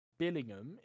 Billingham